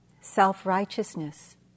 self-righteousness